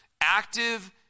active